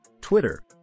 Twitter